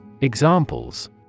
Examples